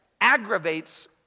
aggravates